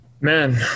Man